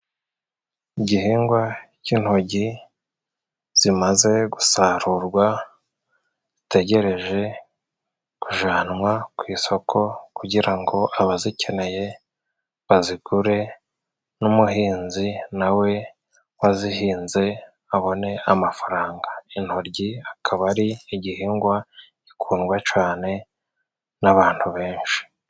Igihingwa cy'intogi zimaze gusarurwa zitegereje kujanwa ku isoko, kugira ngo abazikeneye bazigure n'umuhinzi na we wazihinze abone amafaranga. Intoryi akaba ari igihingwa gikundwa cane n'abantu benshi